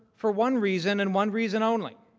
for one reason and one reason only.